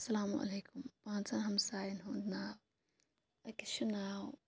اسَلامُ علیکُم پانٛژَن ہَمسایَن ہُنٛد ناو أکِس چھُ ناو